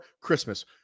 Christmas